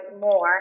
more